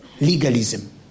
Legalism